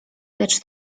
lecz